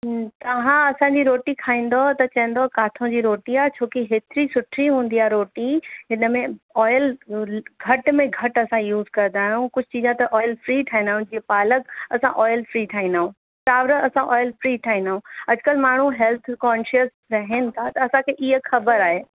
तव्हां असांजी रोटी खाईंदव त चवंदव किथां जी रोटी आहे छोकी हेतरी सुठी हूंदी आहे रोटी हिन में ऑयल घटि में घटि असां यूज कंदा आहियूं कुझ चीजां त ऑयल फ्री ठाहींदा आहियूं जीअं पालक असां ऑयल फ्री ठाहींदा आहियूं चांवर असां ऑयल फ्री ठाईंदा आहियूं अॼुकल्ह माण्हू हेल्थ कॉन्शियस रहनि था त असांखे इहा ख़बर आहे